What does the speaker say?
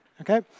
okay